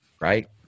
Right